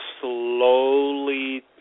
slowly